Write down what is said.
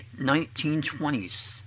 1920s